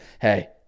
hey